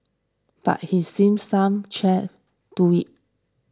but he's seen some cheer do it